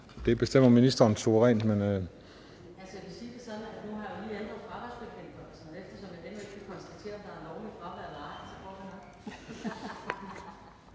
Det bestemmer ministeren suverænt. Kl.